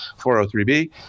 403b